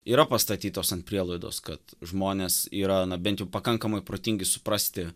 yra pastatytos ant prielaidos kad žmonės yra na bent jau pakankamai protingi suprasti